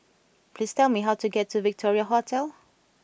please tell me how to get to Victoria Hotel